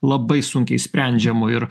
labai sunkiai sprendžiama ir